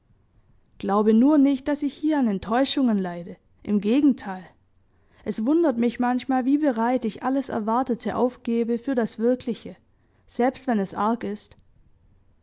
glaube nur nicht daß ich hier an enttäuschungen leide im gegenteil es wundert mich manchmal wie bereit ich alles erwartete aufgebe für das wirkliche selbst wenn es arg ist